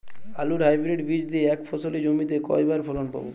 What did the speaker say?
আলুর হাইব্রিড বীজ দিয়ে এক ফসলী জমিতে কয়বার ফলন পাব?